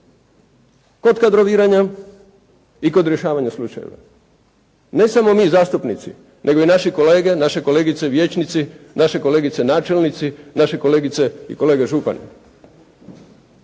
kod kadroviranja i kod rješavanja slučajeva. Ne samo mi zastupnici, nego i naši kolege, naše kolegice vijećnici, naše kolegice načelnici, naše kolegice i kolege župani.